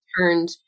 turned